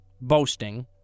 boasting